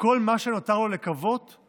כל מה שנותר לו לקוות הוא